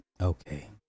okay